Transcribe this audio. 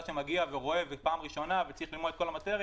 ומגיע לראשונה ספק חדש שצריך ללמוד את כל המטריה.